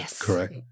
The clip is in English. correct